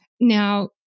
Now